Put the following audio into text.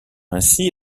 ainsi